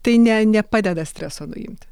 tai ne nepadeda streso nuimti